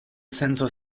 sensor